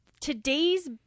Today's